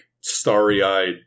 starry-eyed